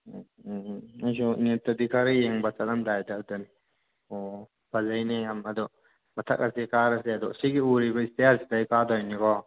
ꯎꯝ ꯎꯝ ꯑꯩꯁꯨ ꯅꯦꯠꯇꯗꯤ ꯈꯔ ꯌꯦꯡꯕ ꯆꯠꯂꯝꯗꯥꯏꯗ ꯑꯗꯅꯤ ꯑꯣ ꯐꯖꯩꯅꯦ ꯌꯥꯝꯅ ꯑꯗꯣ ꯃꯊꯛ ꯑꯁꯦ ꯀꯥꯔꯁꯦ ꯑꯗꯣ ꯁꯤꯒꯤ ꯎꯔꯤꯕ ꯁ꯭ꯇ꯭ꯌꯔꯁꯤꯗꯒꯤ ꯀꯥꯗꯣꯏꯅꯤꯀꯣ